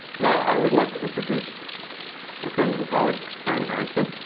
now, i would like to introduce my friend and colleague, karen arenson.